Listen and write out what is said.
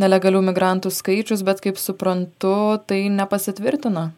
nelegalių migrantų skaičius bet kaip suprantu tai nepasitvirtino